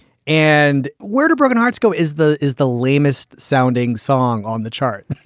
and where do broken hearts go? is the is the lamest sounding song on the chart.